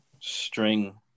string